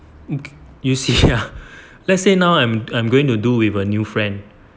you see ah let's say now I'm I'm going to do with a new friend